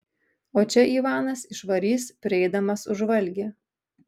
o čia ivanas išvarys prieidamas už valgį